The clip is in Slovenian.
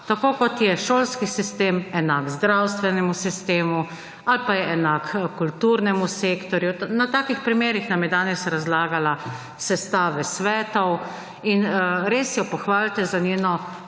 tako kot je šolski sistem enak zdravstvenemu sistemu ali pa je enak kulturnemu sektorju. Na takih primerih nam je danes razlagala sestave svetov. Res jo pohvalite za njeno